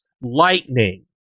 lightning